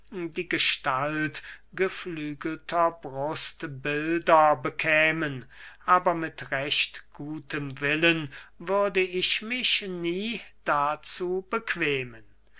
die gestalt geflügelter brustbilder bekämen aber mit recht gutem willen würde ich mich nie dazu bequemen